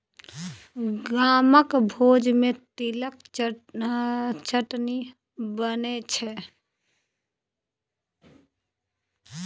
गामक भोज मे तिलक चटनी बनै छै